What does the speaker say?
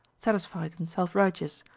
satisfied and self-righteous,